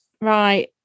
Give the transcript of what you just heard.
Right